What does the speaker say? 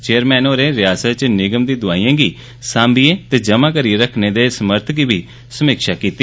chairman होरें रियासत च निगम दी दोआईएं गी सांभिए जमा करिए रक्खने दे समर्थ दी बी समीक्षा कीती